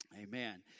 Amen